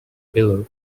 below